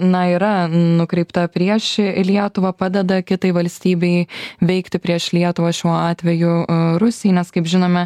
na yra nukreipta prieš lietuvą padeda kitai valstybei veikti prieš lietuvą šiuo atveju rusijai nes kaip žinome